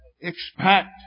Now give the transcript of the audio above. expect